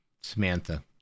Samantha